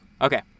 Okay